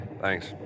Thanks